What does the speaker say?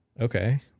okay